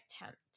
attempt